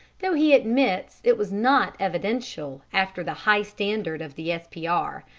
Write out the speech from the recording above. though he admits it was not evidential after the high standard of the s p r.